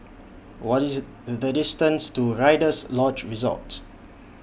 What IS The distance to Rider's Lodge Resort